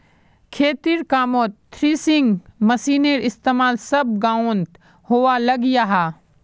खेतिर कामोत थ्रेसिंग मशिनेर इस्तेमाल सब गाओंत होवा लग्याहा